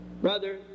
Brother